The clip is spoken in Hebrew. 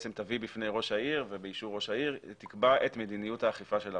שבפני ראש העיר ובאישור ראש העיר תקבע את מדיניות האכיפה של הרשות.